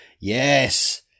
Yes